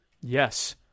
yes